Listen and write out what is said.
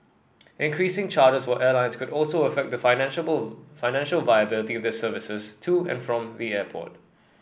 increasing charges for airlines could also affect the financial financial viability of their services to and from the airport